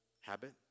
habit